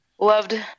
loved